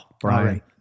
Brian